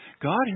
God